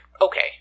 Okay